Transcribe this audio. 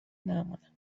نماند